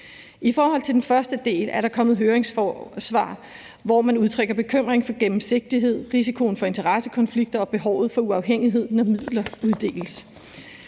I forhold til den første del er der kommet høringssvar, hvor man udtrykker bekymring for gennemsigtigheden, risikoen for interessekonflikter og behovet for uafhængighed, når midler uddeles.